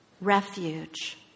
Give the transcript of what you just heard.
Refuge